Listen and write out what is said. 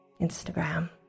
Instagram